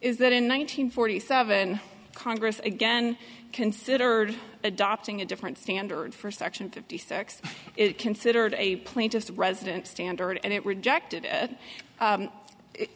is that in one nine hundred forty seven congress again considered adopting a different standard for section fifty six it considered a plain just resident standard and it rejected it